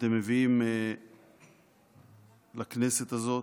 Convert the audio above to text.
שאתם מביאים לכנסת הזאת.